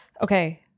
Okay